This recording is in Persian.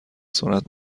سرعت